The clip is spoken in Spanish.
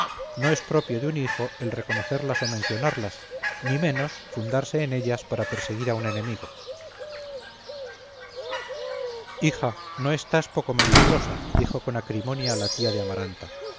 no es propio de un hijo el reconocerlas o mencionarlas ni menos fundarse en ellas para perseguir a un enemigo hija no estás poco melindrosa dijo con acrimonia la tía de amaranta